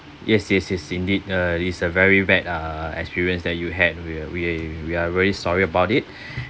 yes yes yes indeed uh it's a very bad uh experience that you had with we we are very sorry about it